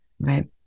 Right